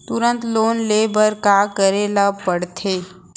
तुरंत लोन ले बर का करे ला पढ़थे?